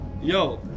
Yo